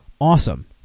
Awesome